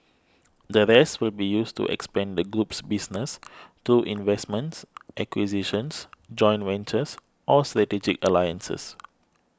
the rest will be used to expand the group's business through investments acquisitions joint ventures or strategic alliances